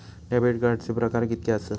Debit कार्डचे प्रकार कीतके आसत?